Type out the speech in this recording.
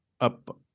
up